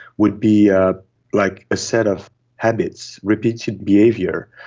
would be ah like a set of habits, repeated behaviour,